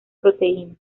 proteínas